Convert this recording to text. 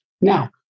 Now